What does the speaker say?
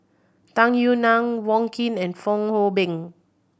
Tung Yue Nang Wong Keen and Fong Hoe Beng